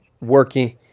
working